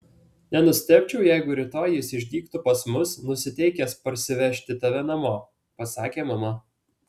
nenustebčiau jeigu rytoj jis išdygtų pas mus nusiteikęs parsivežti tave namo pasakė mama